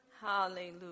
Hallelujah